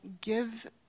give